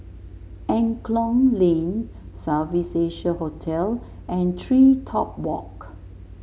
Angklong Lane South Asia Hotel and TreeTop Walk